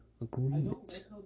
agreement